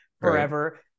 forever